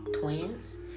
twins